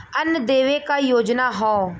अन्न देवे क योजना हव